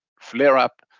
flare-up